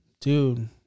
Dude